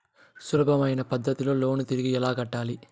సులభమైన పద్ధతిలో లోను తిరిగి ఎలా కట్టాలి